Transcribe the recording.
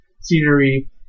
scenery